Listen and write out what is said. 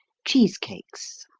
cheesecakes